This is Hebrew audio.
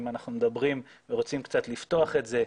אם אנחנו מדברים ורוצים קצת לפתוח את זה,